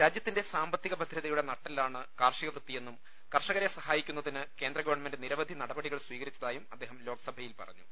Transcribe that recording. രാജ്യത്തിന്റെ സാമ്പത്തിക ഭദ്രതയുടെ നട്ടെല്ലാണ് കാർഷിക വൃത്തിയെന്നും കർഷകരെ സഹായിക്കുന്നതിന് കേന്ദ്രഗവൺമെന്റ് നിരവധി നടപടികൾ സ്വീകരിച്ചതായും അദ്ദേഹം ലോക്സഭയിൽ പറഞ്ഞു